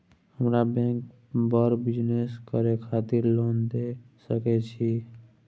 हमरा बैंक बर बिजनेस करे खातिर लोन दय सके छै?